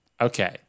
Okay